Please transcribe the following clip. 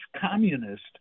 communist